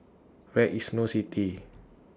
Where IS Snow City